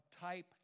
type